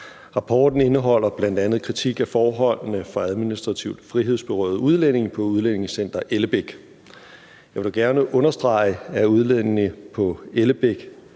Rapporten indeholder bl.a. kritik af forholdene for administrativt frihedsberøvede udlændinge på Udlændingecenter Ellebæk. Jeg vil gerne understrege, at udlændinge på Ellebæk